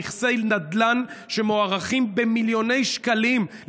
על נכסי נדל"ן שמוערכים במיליוני שקלים,